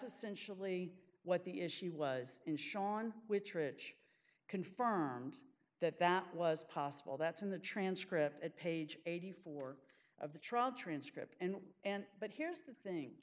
essentially what the issue was in shawn which rich confirmed that that was possible that's in the transcript at page eighty four of the trial transcript and and but here's the thing